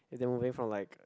they're moving from like